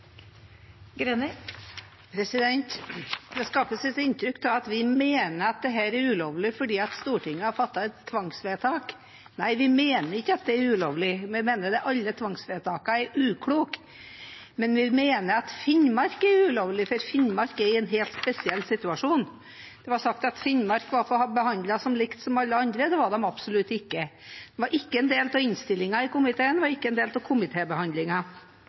Greni har hatt ordet to ganger tidligere og får ordet til en kort merknad, begrenset til 1 minutt. Det skapes et inntrykk av at vi mener at dette er ulovlig fordi Stortinget har fattet et tvangsvedtak. Nei, vi mener ikke at det er ulovlig. Vi mener alle tvangsvedtakene er ukloke, men vi mener at det med Finnmark er ulovlig, for Finnmark er i en helt spesiell situasjon. Det ble sagt at Finnmark var behandlet likt som alle andre. Det er de absolutt ikke. De var ikke en del av innstillingen i komiteen, de var ikke en